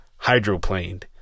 hydroplaned